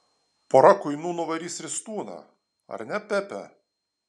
pora kuinų nuvarys ristūną ar ne pepe